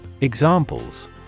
Examples